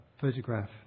photograph